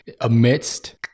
amidst